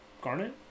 Garnet